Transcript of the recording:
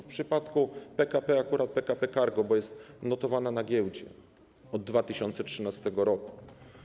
W przypadku PKP to akurat PKP Cargo, bo jest notowana na giełdzie od 2013 r.